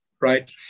Right